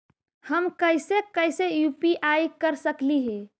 हम कैसे कैसे यु.पी.आई कर सकली हे?